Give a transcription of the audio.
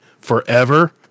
forever